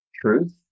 truth